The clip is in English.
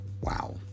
Wow